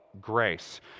grace